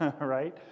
Right